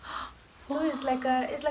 !whoa!